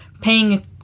paying